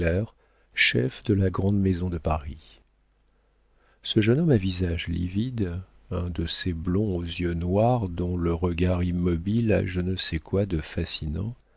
de la grande maison de paris ce jeune homme à visage livide un de ces blonds aux yeux noirs dont le regard immobile a je ne sais quoi de fascinant